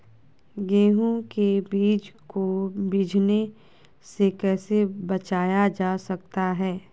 गेंहू के बीज को बिझने से कैसे बचाया जा सकता है?